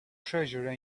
treasure